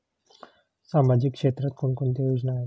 सामाजिक क्षेत्रात कोणकोणत्या योजना आहेत?